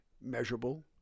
measurable